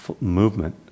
movement